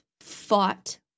fought